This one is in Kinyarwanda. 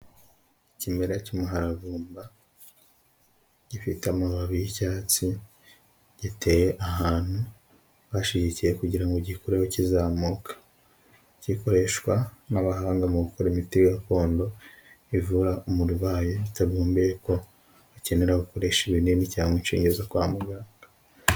Ikimera cy'umuharavumba, gifite amababi y'icyatsi giteye ahantu bashigikiye kugira gikuho kizamuka, kikoreshwa n'abahanga mu gukora imiti gakondo, ivura umurwayi bitabumbyeye ko bakenera gukoresha ibinini cyangwa inshinge zo kwa muganga.